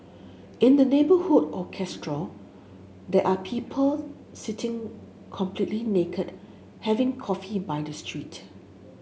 in the neighbourhood of Castro there are people sitting completely naked having coffee by the street